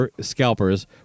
scalpers